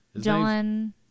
John